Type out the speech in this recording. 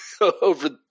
over